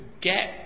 get